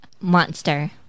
Monster